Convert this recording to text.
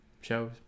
shows